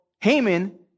Haman